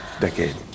decade